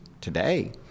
today